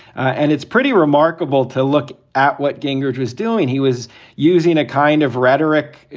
and it's pretty remarkable to look at what gingrich was doing. he was using a kind of rhetoric,